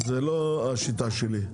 זו לא השיטה שלי.